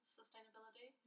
sustainability